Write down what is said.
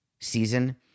season